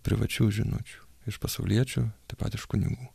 privačių žinučių iš pasauliečių taip pat iš kunigų